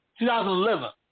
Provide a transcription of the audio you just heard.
2011